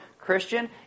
Christian